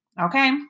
Okay